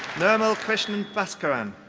nirmal krishnan baskaran.